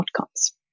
outcomes